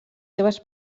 seves